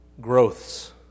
growths